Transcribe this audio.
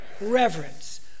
reverence